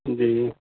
جی جی